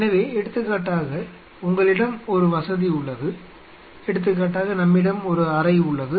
எனவே எடுத்துக்காட்டாக உங்களிடம் ஒரு வசதி உள்ளது எடுத்துக்காட்டாக நம்மிடம் ஒரு அறை உள்ளது